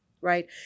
right